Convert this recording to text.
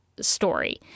story